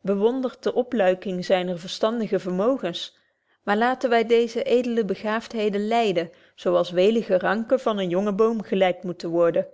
bewondert de opluiking zyner verstandige vermogens maar laten wy deeze edele bebetje wolff proeve over de opvoeding gaaftheden leiden zo als welige ranken van een jongen boom geleidt moeten worden